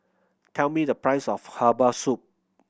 tell me the price of herbal soup